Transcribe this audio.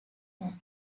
tax